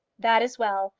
that is well.